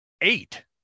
eight